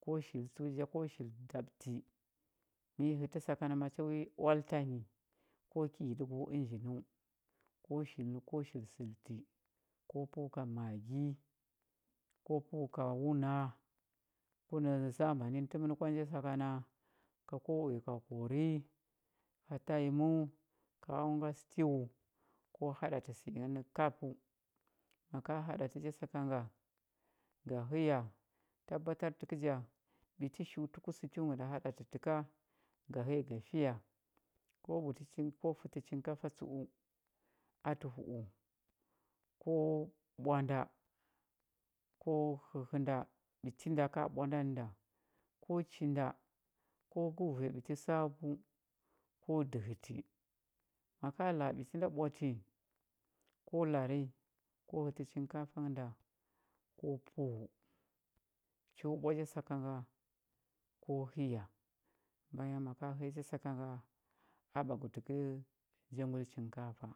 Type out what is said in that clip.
Ko shili tsəu ja ko shili daɓəti wi nə sakan macha wi oal tanyi ko ki yiɗəgo ənjinəu ko shili nə ko shili səlti o pəu ka magi ko pəu ka wuna ku nə zamani tə mən kwa nə ja sakana ko uya ka kori ka tayiməu ka onga stew ko haɗati sə ingə kapəu ma ka haɗati ja saka nga ga həya tabbatar tə kə ja ɓiti shi utə ku stew nghə nda haɗatə tə ka ga həya ga fiya ko hətə chinkafa səu atə u u ko ɓwanda ko həhənda ɓiti nda ka ɓwanda nə da ko chindi ko gəu vanyi ɓiti abu ko dəhəti ma ka la a ɓiti da ɓwati ko lari ko hətə chinkafa nghə nda ko pəu cho pbwa ja saka nga ko həya bayan ma ka həya ja saka nga a ɓwagutə janguli chinkafa